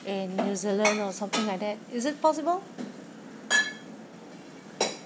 in new zealand or something like that is it possible